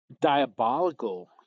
diabolical